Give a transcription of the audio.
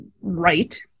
right